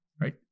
Right